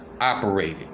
operated